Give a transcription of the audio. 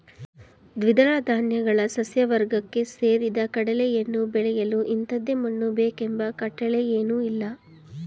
ದ್ವಿದಳ ಧಾನ್ಯಗಳ ಸಸ್ಯವರ್ಗಕ್ಕೆ ಸೇರಿದ ಕಡಲೆಯನ್ನು ಬೆಳೆಯಲು ಇಂಥದೇ ಮಣ್ಣು ಬೇಕೆಂಬ ಕಟ್ಟಳೆಯೇನೂಇಲ್ಲ